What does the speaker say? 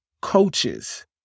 coaches